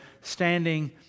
standing